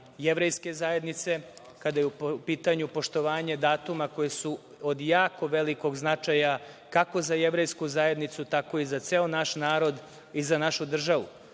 Jevrejske zajednice, kada je u pitanju poštovanje datuma koji su od jako velikog značaja, kako za Jevrejsku zajednicu, tako i za ceo naš narod i za našu